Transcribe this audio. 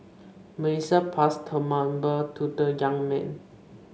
Melissa passed her number to the young man